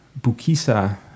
Bukisa